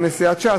גם מסיעת ש"ס,